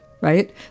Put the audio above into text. right